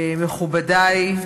מכובדי,